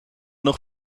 nog